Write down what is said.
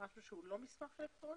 משהו שהוא לא מסמך אלקטרוני?